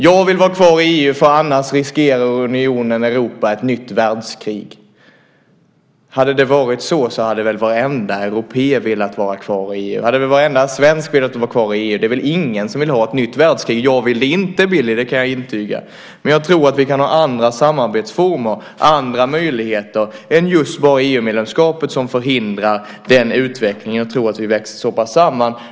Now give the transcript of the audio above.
Jag vill vara kvar i EU, annars riskerar unionen och Europa ett nytt världskrig. Hade det varit så hade väl varenda europé velat vara kvar i EU, och då hade väl varenda svensk velat vara kvar i EU? Det är väl ingen som vill ha ett nytt världskrig. Jag vill inte ha det, Billy - det kan jag intyga. Men jag tror att vi kan ha andra samarbetsformer och andra möjligheter än just bara EU-medlemskapet som förhindrar den utvecklingen. Jag tror att vi växer så pass samman.